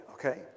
Okay